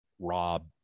Rob